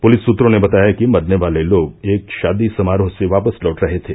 police सूत्रों ने बताया कि मरने वाले लोग एक षादी समारोह से वापस लौट रहे थे